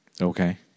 Okay